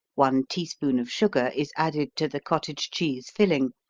one teaspoon of sugar is added to the cottage cheese filling,